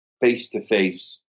face-to-face